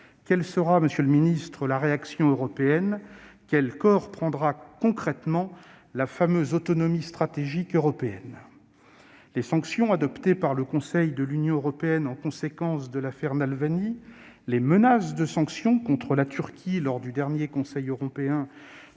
Quelle sera la réaction européenne ? Quel corps prendra, concrètement, la fameuse « autonomie stratégique européenne »? Les sanctions adoptées par le Conseil de l'Union européenne à la suite de l'affaire Navalny, tout comme les menaces de sanctions contre la Turquie lors du dernier Conseil européen,